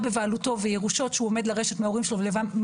ולכן,